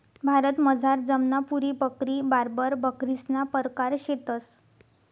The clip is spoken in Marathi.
भारतमझार जमनापुरी बकरी, बार्बर बकरीसना परकार शेतंस